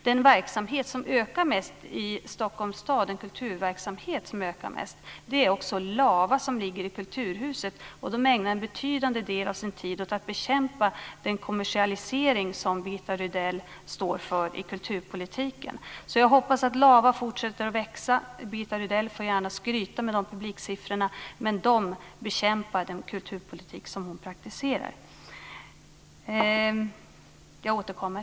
Den kulturverksamhet som ökar mest i Stockholms stad är Lava i Kulturhuset. De ägnar en betydande del av sin tid att bekämpa den kommersialisering som Birgitta Rydell står för i kulturpolitiken. Jag hoppas att Lava fortsätter att växa. Birgitta Rydell får gärna skryta med publiksiffrorna, men Lava bekämpar den kulturpolitik som hon praktiserar.